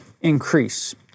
increase